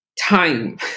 Time